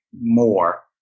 more